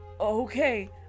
Okay